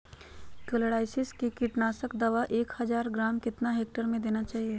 Chlorpyrifos कीटनाशक दवा को एक हज़ार ग्राम कितना हेक्टेयर में देना चाहिए?